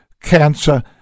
Cancer